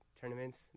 tournaments